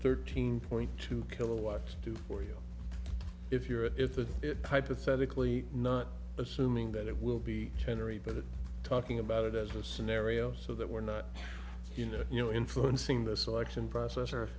thirteen point two kilowatts do for you if you're a if the it hypothetically not assuming that it will be generated by the talking about it as a scenario so that we're not you know you know influencing the selection process or